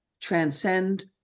transcend